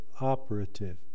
operative